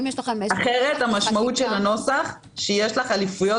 אחרת המשמעות של הנוסח שיש לך אליפויות